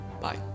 Bye